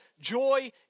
joy